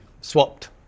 swapped